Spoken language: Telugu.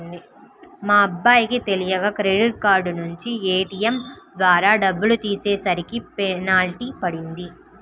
మా బాబాయ్ కి తెలియక క్రెడిట్ కార్డు నుంచి ఏ.టీ.యం ద్వారా డబ్బులు తీసేసరికి పెనాల్టీ పడింది